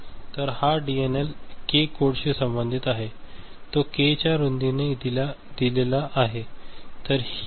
तर हा DNL K कोडशी संबंधित आहे तो के च्या रुंदीने दिलेला आहे